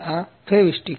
આ ફેવિસ્ટીક